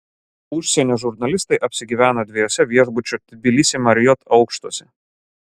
užsienio žurnalistai apsigyveno dviejuose viešbučio tbilisi marriott aukštuose